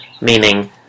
meaning